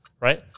Right